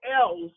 else